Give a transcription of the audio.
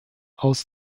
aus